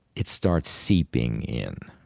it starts seeping in.